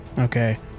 Okay